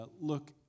look